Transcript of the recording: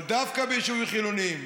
אבל דווקא ביישובים חילוניים,